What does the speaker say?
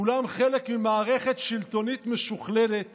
כולם חלק ממערכת שלטוניות משוכללת